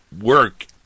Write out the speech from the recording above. work